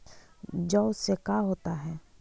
जौ से का होता है?